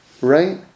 right